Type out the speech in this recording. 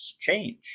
change